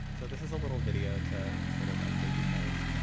so this is a little video to sort of update you guys.